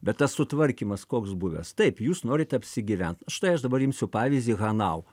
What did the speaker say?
bet tas sutvarkymas koks buvęs taip jūs norit apsigyvent štai aš dabar imsiu pavyzdį hanau